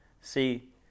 see